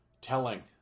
telling